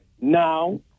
Now